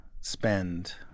spend